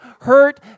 hurt